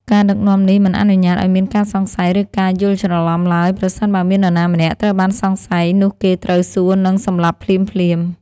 ការដឹកនាំនេះមិនអនុញ្ញាតឱ្យមានការសង្ស័យឬការយល់ច្រឡំឡើយ ប្រសិនបើមាននរណាម្នាក់ត្រូវបានសង្ស័យ នោះគេត្រូវសួរនិងសម្លាប់ភ្លាមៗ។